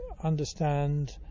understand